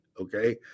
okay